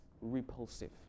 repulsive